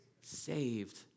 saved